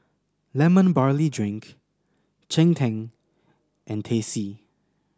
Lemon Barley Drink cheng tng and Teh C